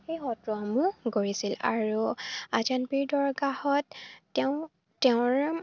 সেই সত্ৰসমূহ গঢ়িছিল আৰু আজানপীৰ দৰগাহত তেওঁ তেওঁৰ